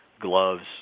gloves